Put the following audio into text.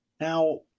Now